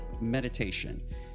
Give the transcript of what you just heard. meditation